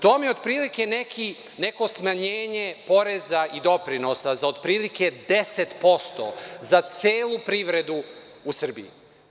To vam je od prilike neko smanjenje poreza i doprinosa za od prilike 10% za celu privredu u Srbiji.